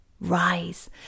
Rise